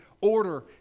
order